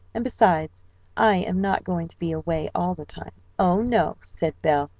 and besides i am not going to be away all the time. oh, no, said belle,